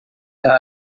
aka